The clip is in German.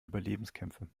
überlebenskämpfe